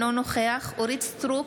אינו נוכח אורית מלכה סטרוק,